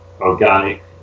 organic